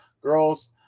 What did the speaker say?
girls